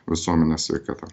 visuomenės sveikata